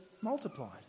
multiplied